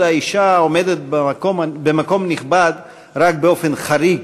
האישה עומדת במקום נכבד רק באופן חריג,